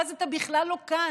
ואז אתה בכלל לא כאן.